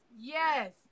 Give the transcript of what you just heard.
yes